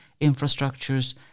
infrastructures